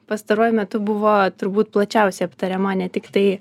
pastaruoju metu buvo turbūt plačiausiai aptariama ne tiktai